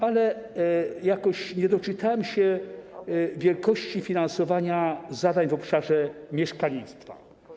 Ale jakoś nie doczytałem się wielkości finansowania zadań w obszarze mieszkalnictwa.